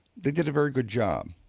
they did a very good job.